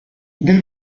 nel